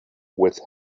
with